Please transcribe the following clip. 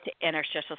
interstitial